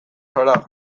zara